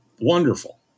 wonderful